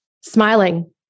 Smiling